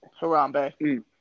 Harambe